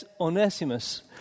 Onesimus